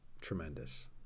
tremendous